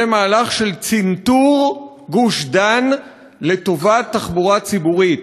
זה מהלך של צנתור גוש-דן לטובת תחבורה ציבורית.